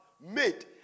made